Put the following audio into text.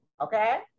Okay